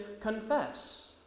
confess